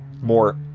more